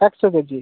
একশো কেজি